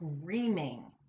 screaming